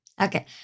Okay